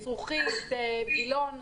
וילון,